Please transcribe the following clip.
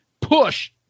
Push